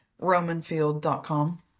Romanfield.com